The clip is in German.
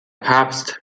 papst